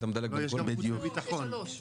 ומשפט.